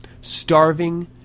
Starving